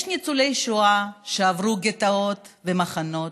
יש ניצולי שואה שעברו גטאות ומחנות,